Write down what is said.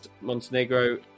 Montenegro